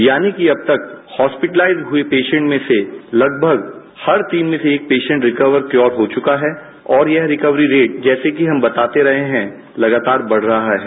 यानि कि अब तक हॉस्पिटलाइजड हुए पेशेन्ट्स में से लगभग हर तीन में से एक पेशेन्ट रिकवर क्यौर हो चुका है और यह रिकवरी रेट जैसे कि हम बताते रहे हैं लगातार बढ़ रहा है